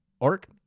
arc